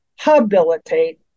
habilitate